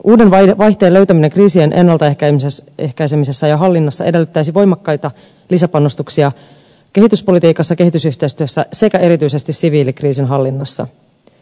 uuden vaihteen löytäminen kriisien ennaltaehkäisemisessä ja hallinnassa edellyttäisi voimakkaita lisäpanostuksia kehityspolitiikassa kehitysyhteistyössä sekä erityisesti siviilikriisinhallinnassa